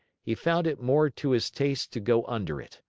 he found it more to his taste to go under it.